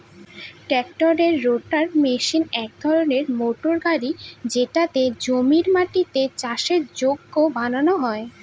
ট্রাক্টরের rotator machine এক ধরনের মোটর গাড়ি যেটাতে জমির মাটিকে চাষের যোগ্য বানানো হয়